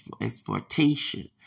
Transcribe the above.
exportation